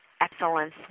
excellence